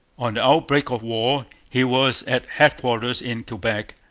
on the outbreak of war he was at headquarters in quebec,